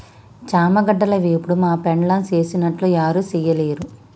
చామగడ్డల వేపుడు మా పెండ్లాం సేసినట్లు యారు సెయ్యలేరు